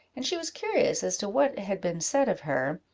and she was curious as to what had been said of her,